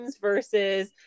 versus